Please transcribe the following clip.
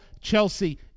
Chelsea